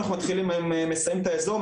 אנחנו מתחילים מסיימים את האזור,